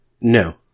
No